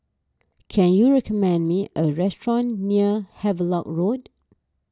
can you recommend me a restaurant near Havelock Road